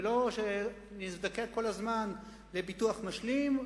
ולא שנזדקק כל הזמן לביטוח משלים,